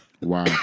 Wow